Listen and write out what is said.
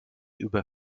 über